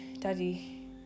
Daddy